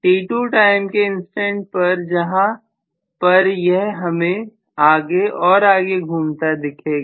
T2 time के instant पर जहां पर यह हमें आगे और आगे घूमता दिखेगा